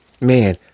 man